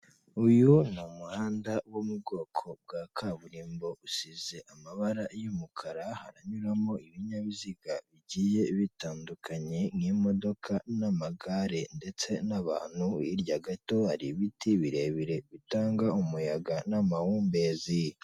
Uyu ni umuhanda wo mu bwoko bwa kaburimbo usize amabara y'umukara haranyuramo ibinyabiziga bigiye bitandukanye nk'imodoka n'amagare ndetse n'abantu hirya gato hari ibiti birebire bitanga umuyaga n'amahumbezi.